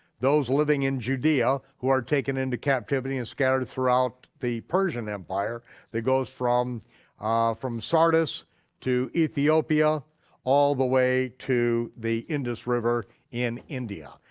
those living in judea who are taken into captivity and scattered throughout the persian empire that goes from from sardis to ethiopia all the way to the indus river in india.